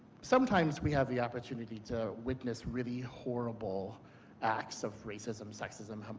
sometimes we have the opportunity to witness really horrible acts of racism, sexim,